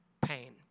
pain